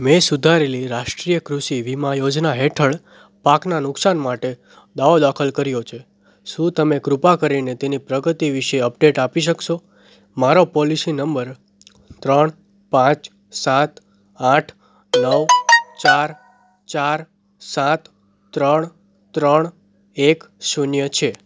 મેં સુધારેલી રાષ્ટ્રીય કૃષિ વીમા યોજના હેઠળ પાકનાં નુકસાન માટે દાવો દાખલ કર્યો છે શું તમે કૃપા કરીને તેની પ્રગતિ વિષે અપડેટ આપી શકશો મારો પોલિશી નંબર ત્રણ પાંચ સાત આઠ નવ ચાર ચાર સાત ત્રણ ત્રણ એક શૂન્ય છે